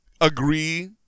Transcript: agree